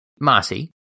marcy